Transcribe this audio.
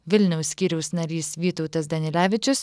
vilniaus skyriaus narys vytautas danilevičius